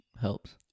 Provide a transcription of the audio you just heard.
helps